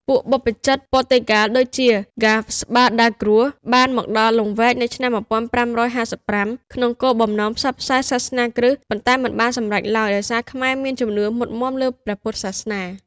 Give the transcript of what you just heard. ពួកបព្វជិតព័រទុយហ្គាល់ដូចជា ហ្គាស្ប៉ាដាគ្រួស បានមកដល់លង្វែកនៅឆ្នាំ ១៥៥៥ ក្នុងបំណងផ្សព្វផ្សាយសាសនាគ្រិស្ត ប៉ុន្តែមិនបានសម្រេចឡើយ ដោយសារខ្មែរមានជំនឿមុតមាំលើព្រះពុទ្ធសាសនា។